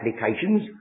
applications